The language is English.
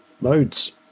modes